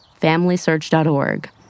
FamilySearch.org